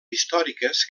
històriques